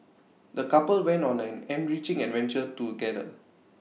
the couple went on an enriching adventure together